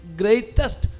greatest